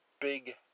big